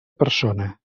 persona